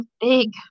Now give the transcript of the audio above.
big